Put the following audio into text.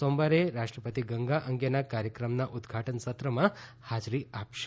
સોમવારે રાષ્ટ્રપતિ ગંગા અંગેના કાર્યક્રમના ઉદઘાટન સત્રમાં હાજરી આપશે